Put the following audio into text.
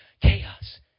chaos